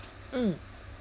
mm